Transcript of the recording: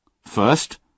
First